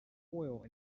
oil